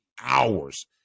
hours